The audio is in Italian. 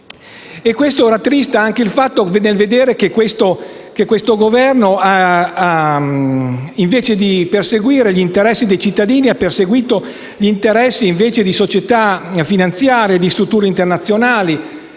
concesso. Rattrista anche vedere che questo Governo, invece di perseguire gli interessi dei cittadini, ha perseguito gli interessi di società finanziarie, di strutture internazionali.